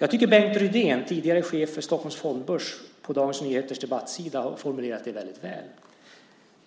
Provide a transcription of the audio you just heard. Jag tycker att Bengt Rydén, tidigare chef för Stockholms fondbörs, på Dagens Nyheters debattsida har formulerat det väldigt väl.